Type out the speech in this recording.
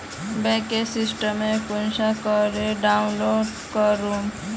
Bank statement कुंसम करे download करूम?